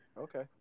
Okay